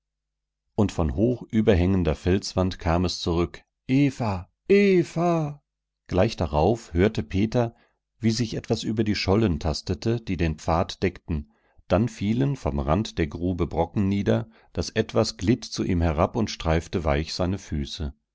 und von hoch überhängender felswand kam es zurück eva eva gleich darauf hörte peter wie sich etwas über die schollen tastete die den pfad deckten dann fielen vom rand der grube brocken nieder das etwas glitt zu ihm herab und streifte weich seine füße